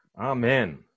Amen